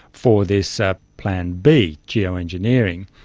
for this ah plan b, geo-engineering.